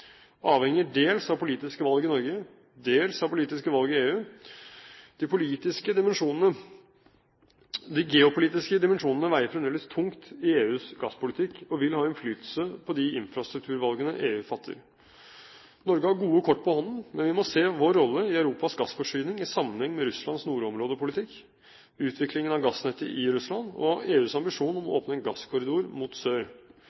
avhenger dels av politiske valg i Norge, dels av politiske valg i EU. De geopolitiske dimensjonene veier fremdeles tungt i EUs gasspolitikk, og vil ha innflytelse på de infrastrukturvalgene EU fatter. Norge har gode kort på hånden, men vi må se vår rolle i Europas gassforsyning i sammenheng med Russlands nordområdepolitikk, utviklingen av gassnettet i Russland og EUs ambisjon om å åpne en gasskorridor mot sør.